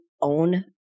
own